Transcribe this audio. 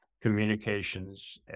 communications